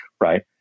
Right